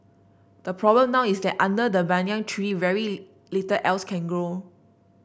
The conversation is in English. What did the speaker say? the problem now is that under the banyan tree very little else can grow